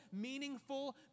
meaningful